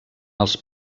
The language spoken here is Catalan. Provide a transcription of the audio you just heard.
els